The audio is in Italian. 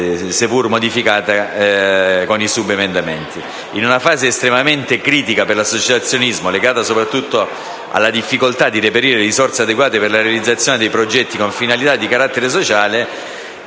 seppur modificata con i subemendamenti.